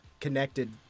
connected